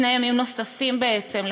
שני ימים נוספים בעצם,